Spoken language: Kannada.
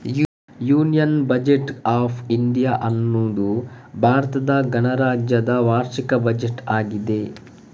ಯೂನಿಯನ್ ಬಜೆಟ್ ಆಫ್ ಇಂಡಿಯಾ ಅನ್ನುದು ಭಾರತ ಗಣರಾಜ್ಯದ ವಾರ್ಷಿಕ ಬಜೆಟ್ ಆಗಿದೆ